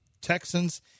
Texans